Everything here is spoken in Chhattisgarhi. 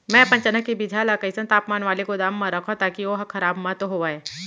मैं अपन चना के बीजहा ल कइसन तापमान वाले गोदाम म रखव ताकि ओहा खराब मत होवय?